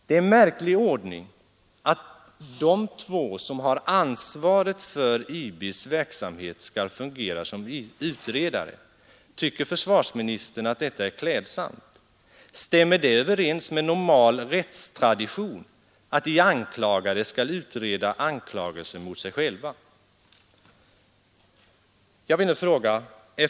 Det är en märklig ordning att de två som har ansvaret för IBs verksamhet skall fungera som utredare. Tycker försvarsministern att detta är klädsamt? Stämmer det överens med normal rättstradition att de anklagade skall utreda anklagelser mot sig själva?